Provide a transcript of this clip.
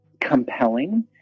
compelling